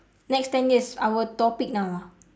next ten years our topic now ah